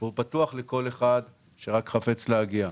והוא פתוח לכל אחד שרק חפץ להגיע.